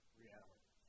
reality